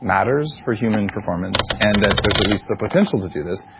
matters for human performance and that there's at least a potential to do this,